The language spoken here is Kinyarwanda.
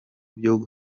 byo